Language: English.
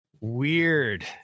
Weird